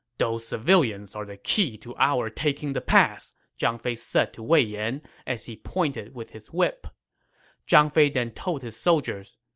those civilians are the key to our taking the pass, zhang fei said to wei yan as he pointed with his whip zhang fei then told his soldiers,